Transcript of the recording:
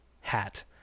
hat